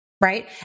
Right